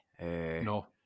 No